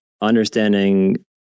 understanding